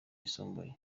yisumbuye